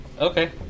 Okay